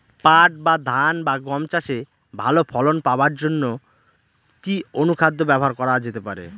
পাট বা ধান বা গম চাষে ভালো ফলন পাবার জন কি অনুখাদ্য ব্যবহার করা যেতে পারে?